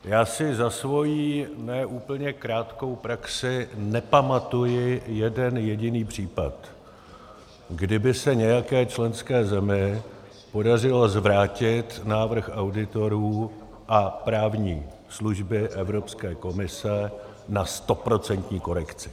Já si za svoji ne úplně krátkou praxi nepamatuji jeden jediný případ, kdy by se nějaké členské zemi podařilo zvrátit návrh auditorů a právní služby Evropské komise na stoprocentní korekci.